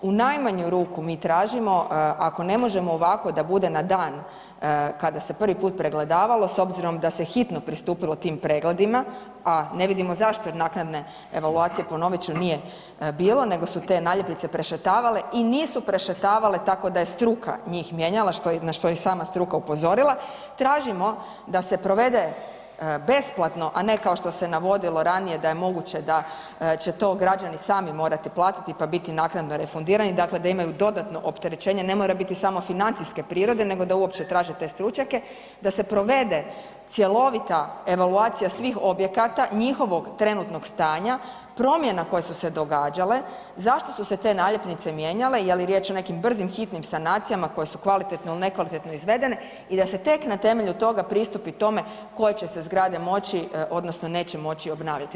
U najmanju ruku mi tražimo ako ne možemo ovako da bude na dan kada se prvi put pregledavalo s obzirom da se hitno pristupilo tim pregledima a ne vidimo zašto naknadne evaluacije, ponovit ću nije bilo nego su te naljepnice prešetavale i nisu prešetavale tako da je struka njih mijenjala na što je i sama struka upozorila, tražimo da se provede besplatno a ne kao što se navodilo ranije da je moguće da će to građani sami morati platiti pa biti naknadno refundirani, dakle da imaju dodatno opterećenje, ne mora biti samo financijske prirode, nego da uopće traže te stručnjake, da se provede cjelovita evaluacija svih objekata, njihovog trenutnog stanja, promjena koje su se događale, zašto su se te naljepnice mijenjale, je li riječ o nekim brzim, hitnim sanacijama koje su kvalitetno ili nekvalitetno izvedene i da se tek na temelju toga pristupi tome koje će se zgrade moći odnosno neće moći obnavljati.